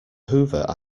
hoover